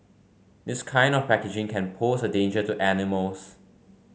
this kind of packaging can pose a danger to animals